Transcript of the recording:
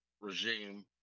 regime